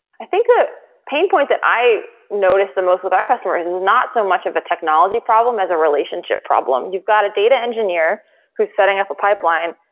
i think a pain point that i notice the most with our customers is not so much of a technology problem, as a relationship problem. you've got a data engineer who's setting up a pipeline,